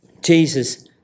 Jesus